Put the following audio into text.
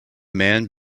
man